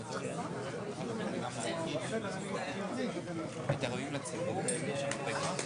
שניים או אחד?